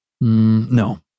No